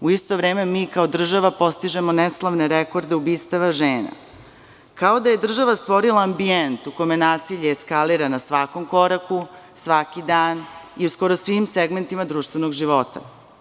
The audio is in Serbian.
U isto vreme, mi kao država postižemo neslavne rekorde ubistava žena, kao da je država stvorila ambijent u kome nasilje eskalira na svakom koraku, svaki dan i u skoro svim segmentima društvenog života.